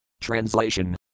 translation